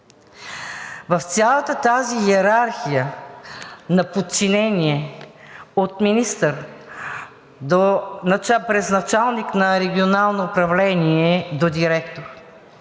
В цялата тази йерархия на подчинение от министър през началник на регионално управление до директор,